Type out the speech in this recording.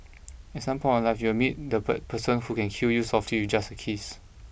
at some point you will meet that per person who can kill you softly just a kiss